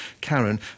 Karen